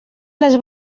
les